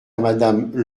madame